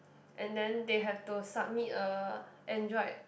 and then they have to submit a android